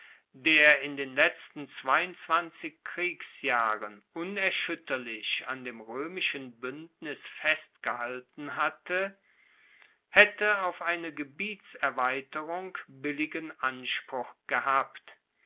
der in den letzten zweiundzwanzig kriegsjahren unerschuetterlich an dem roemischen buendnis festgehalten hatte haette auf eine gebietserweiterung billigen anspruch gehabt